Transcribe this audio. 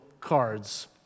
cards